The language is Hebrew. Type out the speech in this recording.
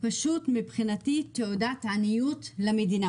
שמבחינתי הוא תעודת עניות למדינה.